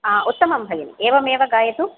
उत्तमं भगिनी एवमेव गायतु